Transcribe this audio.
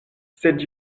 sed